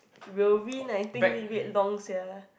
will win I think we wait long sia